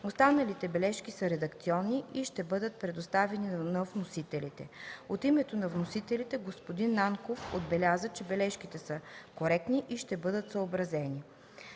Останалите бележки са редакционни и ще бъдат предоставени на вносителите. От името на вносителите господин Нанков отбеляза, че бележките са коректни и ще бъдат съобразени.